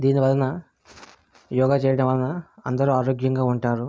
దీని వలన యోగ చేయడం వలన అందరూ ఆరోగ్యంగా ఉంటారు